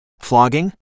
Flogging